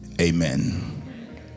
Amen